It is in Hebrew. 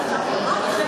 אין